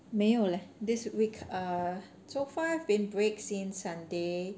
没有 leh this week uh so far been break since sunday